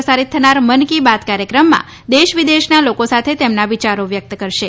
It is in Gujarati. પ્રસારીત થનાર મન કી બાત કાર્યક્રમમાં દેશ વિદેશના લોકો સાથે તેમના વિયારો વ્યક્ત કરશે